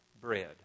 bread